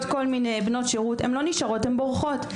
כל מיני בנות שירות הן לא נשארות הן בורחות.